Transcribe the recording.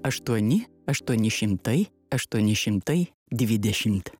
aštuoni aštuoni šimtai aštuoni šimtai dvidešimt